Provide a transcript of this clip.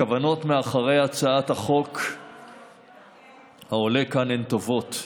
הכוונות מאחורי הצעת החוק העולה כאן הן טובות,